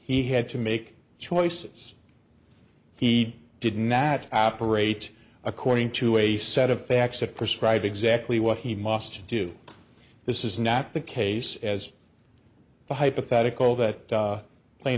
he had to make choices he did not operate according to a set of facts that prescribe exactly what he must do this is not the case as the hypothetical that pla